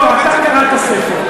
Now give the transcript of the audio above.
עכשיו כל הזמן, לא, אתה קראת ספר.